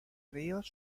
ríos